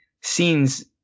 scenes